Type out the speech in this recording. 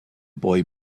boy